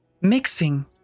mixing